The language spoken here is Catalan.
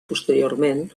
posteriorment